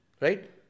Right